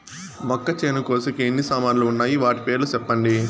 మొక్కచేను కోసేకి ఎన్ని సామాన్లు వున్నాయి? వాటి పేర్లు సెప్పండి?